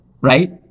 right